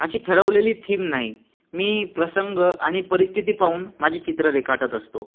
अशी ठरवलेली थीम नाही मी प्रसंग आणि परिस्थिती पाहून माझी चित्रं रेखाटत असतो